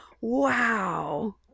Wow